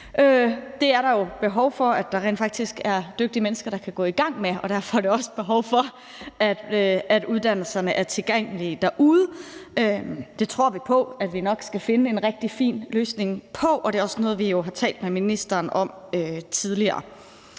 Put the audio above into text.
Der er behov for, at der rent faktisk er dygtige mennesker, der kan gå i gang med det, og derfor er der også behov for, at uddannelserne er tilgængelige derude. Det tror vi på vi nok skal finde en rigtig fin løsning på, og det er også noget, vi har talt med ministeren om tidligere.